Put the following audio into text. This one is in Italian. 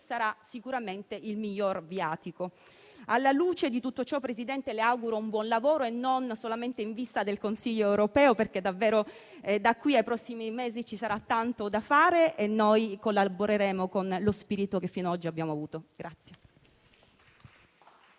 sarà sicuramente il miglior viatico. Alla luce di tutto ciò, Presidente, le auguro un buon lavoro e non solamente in vista del Consiglio europeo, perché da qui ai prossimi mesi ci sarà davvero tanto da fare e noi collaboreremo con lo spirito che fino a oggi abbiamo avuto.